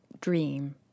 dream